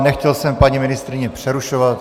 Nechtěl jsem paní ministryni přerušovat.